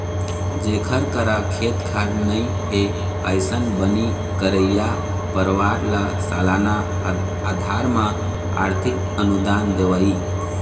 जेखर करा खेत खार नइ हे, अइसन बनी करइया परवार ल सलाना अधार म आरथिक अनुदान देवई